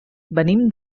venim